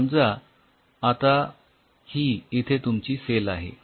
समजा आता ही इथे तुमची सेल आहे